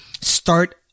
start